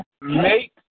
Make